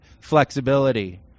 flexibility